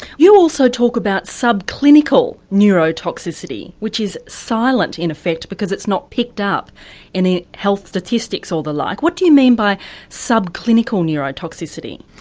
you also talk about sub-clinical neurotoxicity which is silent in effect because it's not picked up in health statistics or the like. what do you mean by sub-clinical neurotoxicity?